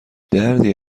دردی